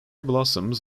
blossoms